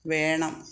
വേണം